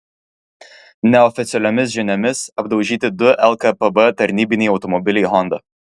neoficialiomis žiniomis apdaužyti du lkpb tarnybiniai automobiliai honda